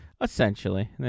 Essentially